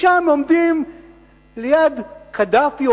ושם עומדים ליד קדאפי,